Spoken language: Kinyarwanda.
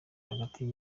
hagati